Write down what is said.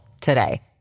today